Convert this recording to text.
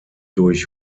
durch